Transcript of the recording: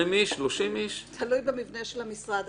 תלוי במבנה של המשרד.